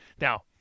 Now